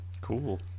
Cool